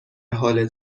حال